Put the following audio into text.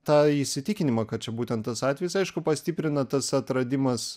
tą įsitikinimą kad čia būtent tas atvejis aišku pastiprina tas atradimas